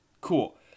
Cool